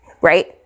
Right